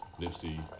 Nipsey